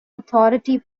authority